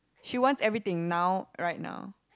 she wants everything now right now